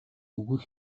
үгүй